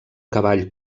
cavall